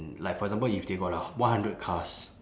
like for example if they got a one hundred cars